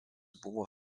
buvo